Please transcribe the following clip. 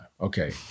Okay